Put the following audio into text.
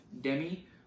Demi